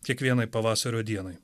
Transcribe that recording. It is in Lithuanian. kiekvienai pavasario dienai